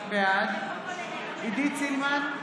בעד עידית סילמן,